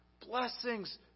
Blessings